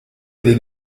dei